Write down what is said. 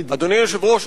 אדוני היושב-ראש,